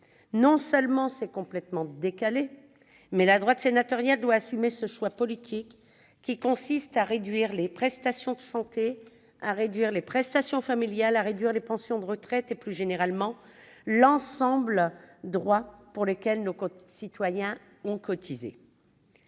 Non seulement c'est complètement décalé, mais en outre, la droite sénatoriale devra assumer ce choix politique qui consiste à réduire les prestations de santé, les prestations familiales et les pensions de retraite et, plus généralement, l'ensemble des droits pour lesquels nos concitoyens ont cotisé.